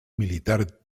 militar